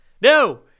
No